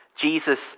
Jesus